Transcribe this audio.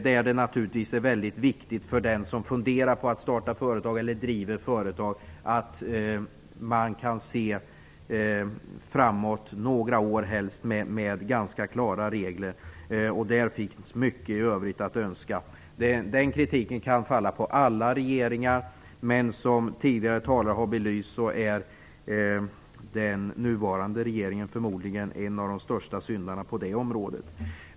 Det är naturligtvis mycket viktigt för den som funderar på att starta ett företag eller som driver ett företag att man har ganska klara regler några år framåt - på den punkten finns mycket övrigt att önska. Den kritiken kan gälla alla regeringar, men som tidigare talare har belyst är den nuvarande regeringen förmodligen en av de största syndarna på det området.